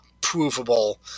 provable